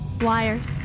wires